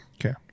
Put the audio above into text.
Okay